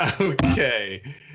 Okay